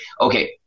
okay